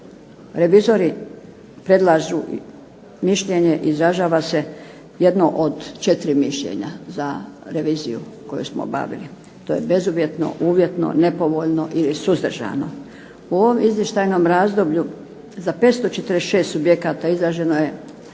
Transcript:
revizori predlažu mišljenje, izražava se jedno od četiri mišljenja za reviziju koju smo obavili. To je bezuvjetno, uvjetno, nepovoljno i suzdržano. U ovom izvještajnom razdoblju za 546 subjekata izraženo je